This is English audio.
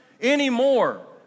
anymore